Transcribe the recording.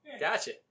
Gotcha